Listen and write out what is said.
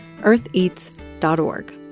eartheats.org